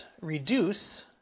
reduce